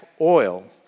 oil